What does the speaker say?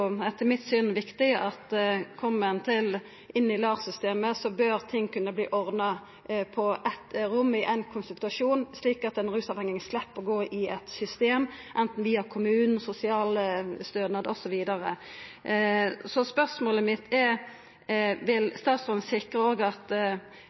i LAR-systemet, bør ting kunna verta ordna på eitt rom i éin konsultasjon, slik at den rusavhengige slepp å gå over i eit anna system anten via kommunen, sosialstønad osv. Så spørsmålet mitt er: